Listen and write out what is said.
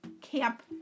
camp